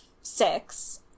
six